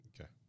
Okay